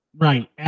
Right